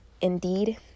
indeed